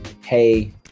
hey